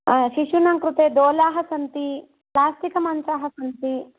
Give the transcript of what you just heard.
शिशूनां कृते दोलाः सन्ति सास्तिकमञ्चाः सन्ति